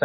சரி